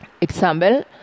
Example